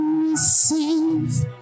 receive